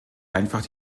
einfach